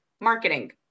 marketing